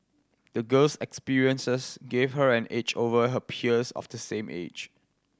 the girl's experiences gave her an edge over her peers of the same age